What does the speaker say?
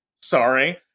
Sorry